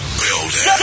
building